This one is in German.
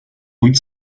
und